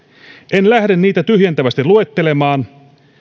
en lähde niitä tyhjentävästi luettelemaan